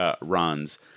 runs